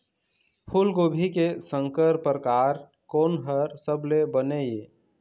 फूलगोभी के संकर परकार कोन हर सबले बने ये?